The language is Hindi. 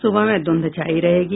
सुबह में धूंध छायी रहेगी